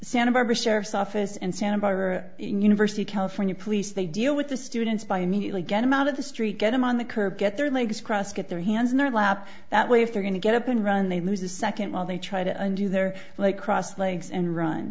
santa barbara sheriff's office and santa barbara university california police they deal with the students by immediately get him out of the street get him on the curb get their legs crossed get their hands in their lap that way if they're going to get up and run they lose a second while they try to undo their like crossed legs